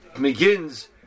begins